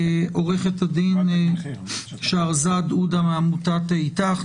עוה"ד שהרזאד עודה מעמותת איתך,